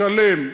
שלם,